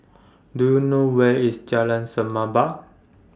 Do YOU know Where IS Jalan Semerbak